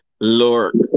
Lord